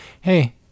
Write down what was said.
hey